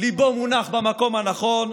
ליבו מונח במקום הנכון.